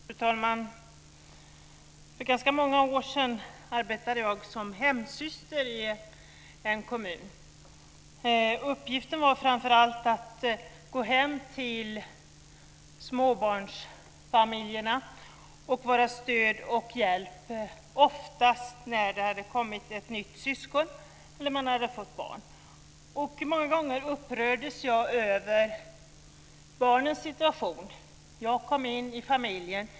Fru talman! För ganska många år sedan arbetade jag som hemsyster i en kommun. Uppgiften var framför allt att gå hem till småbarnsfamiljer för att vara till stöd och hjälp, oftast när det hade kommit ett nytt syskon eller när man hade fått barn. Många gånger upprördes jag över barnens situation. Jag kom in i en familj.